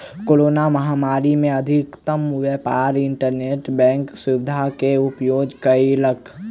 corona महामारी में अधिकतम व्यापार इंटरनेट बैंक सुविधा के उपयोग कयलक